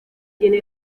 tiene